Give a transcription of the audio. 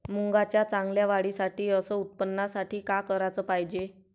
मुंगाच्या चांगल्या वाढीसाठी अस उत्पन्नासाठी का कराच पायजे?